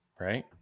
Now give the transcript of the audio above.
right